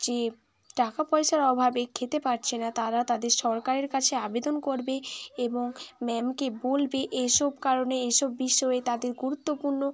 যে টাকা পয়সার অভাবে খেতে পারছে না তারা তাদের সরকারের কাছে আবেদন করবে এবং ম্যামকে বলবে এই সব কারণে এই সব বিষয়ে তাদের গুরুত্বপূর্ণ